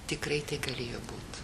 tikrai galėjo būt